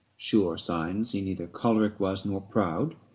sure signs he neither choleric was nor proud